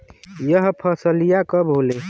यह फसलिया कब होले?